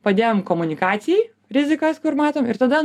padėjom komunikacijai rizikas kur matom ir tada